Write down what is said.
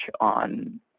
on